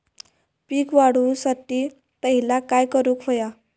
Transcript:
पीक वाढवुसाठी पहिला काय करूक हव्या?